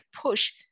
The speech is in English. push